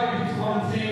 זה בזבוז.